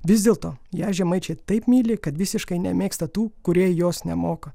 vis dėlto ją žemaičiai taip myli kad visiškai nemėgsta tų kurie jos nemoka